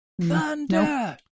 Thunder